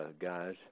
guys